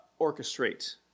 orchestrate